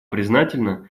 признательна